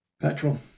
Petrol